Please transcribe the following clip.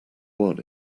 one